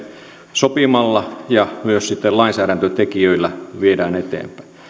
sopimalla ja myös sitten lainsäädäntötekijöillä viemme eteenpäin